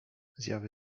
zjawy